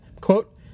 quote